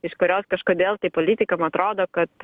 iš kurios kažkodėl tai politikam atrodo kad